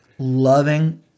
loving